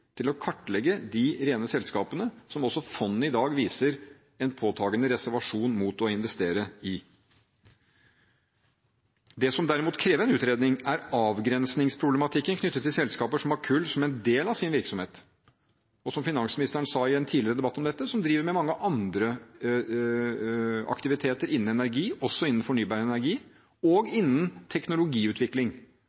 til å kartlegge de rene kullselskapene som også fondet i dag viser en tiltagende reservasjon mot å investere i. Det som derimot krever en utredning, er avgrensningsproblematikken knyttet til selskaper som har kull som en del av sin virksomhet, og – som finansministeren sa i en tidligere debatt om dette – som driver med mange andre aktiviteter innen energi, også innen fornybar energi og